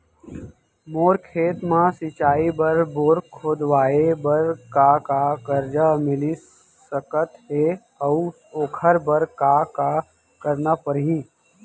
मोर खेत म सिंचाई बर बोर खोदवाये बर का का करजा मिलिस सकत हे अऊ ओखर बर का का करना परही?